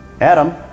Adam